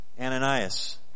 Ananias